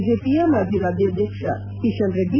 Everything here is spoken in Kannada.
ಬಿಜೆಪಿಯ ಮಾಜಿ ರಾಜ್ಯಾಧ್ಯಕ್ಷ ಕಿಶನ್ ರೆಡ್ಡಿ